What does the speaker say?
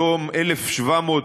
אותו 1,700,